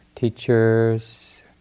teachers